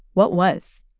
what was?